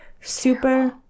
Super